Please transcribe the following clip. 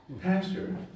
Pastor